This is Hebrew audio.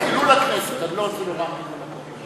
חילול הכנסת, אני לא רוצה לומר מילים אחרות.